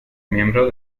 miembro